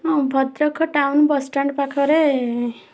ହଁ Bhadrak town bus stand ପାଖରେ